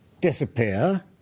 disappear